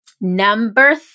Number